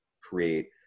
create